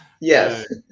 Yes